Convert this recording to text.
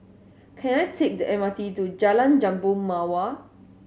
can I take the M R T to Jalan Jambu Mawar